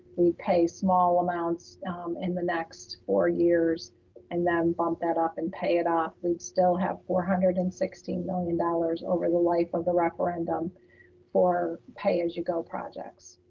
we pay small amounts in the next four years and then bump that up and pay it off. we'd still have four hundred and sixty million dollars over the life of the referendum for pay you go projects.